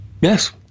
Yes